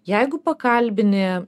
jeigu pakalbini